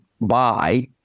buy